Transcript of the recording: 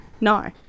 no